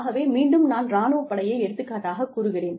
ஆகவே மீண்டும் நான் ராணுவ படையை எடுத்துக்காட்டாகக் கூறுகிறேன்